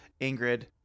Ingrid